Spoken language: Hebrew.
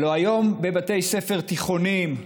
הלוא היום בבתי ספר תיכוניים,